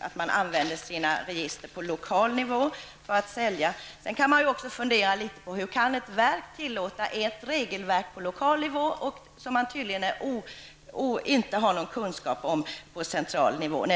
att man på lokal nivå använder sina register för försäljning? Man kan också fundera litet på hur ett verk kan tillåta ett regelverk på lokal nivå, vilket man tydligen inte har någon kunskap om på central nivå.